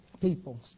people